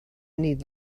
need